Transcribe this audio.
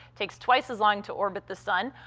takes twice as long to orbit the sun,